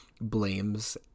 blames